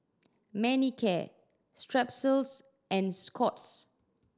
Manicare Strepsils and Scott's